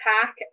pack